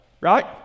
right